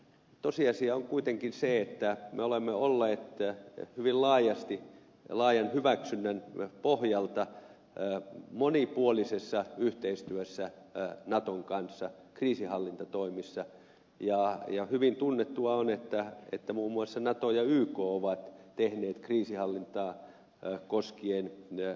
tosiasia on kuitenkin se että me olemme olleet hyvin laajasti laajan hyväksynnän pohjalta monipuolisessa yhteistyössä naton kanssa kriisinhallintatoimissa ja hyvin tunnettua on että muun muassa nato ja yk ovat tehneet kriisinhallintaa koskien jopa yhteistyöasiakirjan